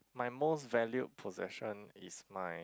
my most valued possession is my